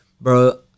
Bro